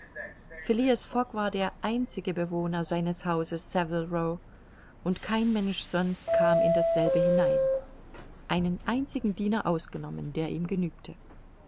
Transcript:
fogg war der einzige bewohner seines hauses saville row und kein mensch sonst kam in dasselbe hinein einen einzigen diener ausgenommen der ihm genügte